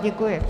Děkuji.